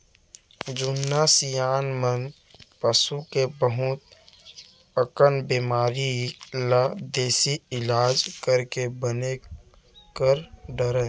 जुन्ना सियान मन पसू के बहुत अकन बेमारी ल देसी इलाज करके बने कर डारय